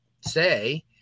say